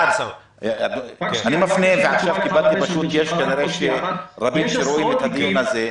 --- גלעד, יש רבים שרואים את הדיון הזה.